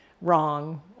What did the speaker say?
wrong